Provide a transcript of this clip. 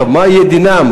מה יהיה דינם?